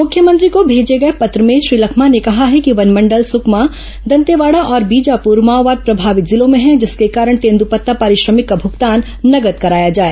मुख्यमंत्री को भेजे गए पत्र में श्री लखमा ने कहा है कि वनमंडल सुकमा दंतेवाड़ा और बीजापुर माओवाद प्रभावित जिलों में है जिसके कारण तेंदूपत्ता पारिश्रमिक का भूगतान नगद कराया जाए